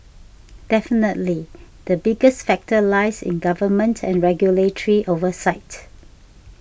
definitely the biggest factor lies in government and regulatory oversight